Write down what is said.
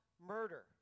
murder